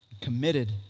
committed